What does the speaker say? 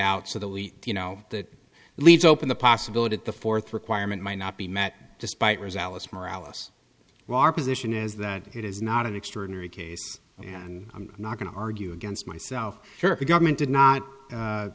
out so the leak you know that leaves open the possibility that the fourth requirement might not be met despite was alice moore alice well our position is that it is not an extraordinary case and i'm not going to argue against myself here a government did not